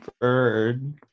bird